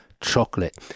chocolate